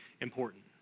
important